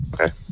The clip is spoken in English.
Okay